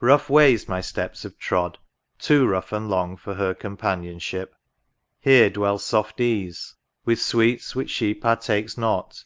rough ways my steps have trod too rough and long for her companionship here dwells soft ease with sweets which she partakes not